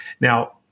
now